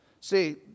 See